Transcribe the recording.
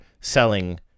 selling